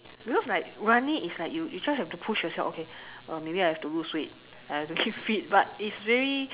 because like running is like you you just have to push yourself okay uh maybe I have to lose weight I have to keep fit but it's very